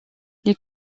les